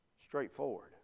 straightforward